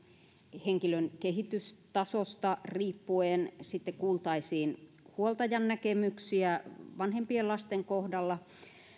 henkilön kehitystasosta riippuen sitten kuultaisiin huoltajan näkemyksiä vanhempien lasten kohdalla